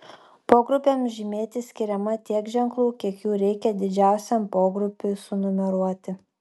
pogrupiams žymėti skiriama tiek ženklų kiek jų reikia didžiausiam pogrupiui sunumeruoti